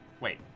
wait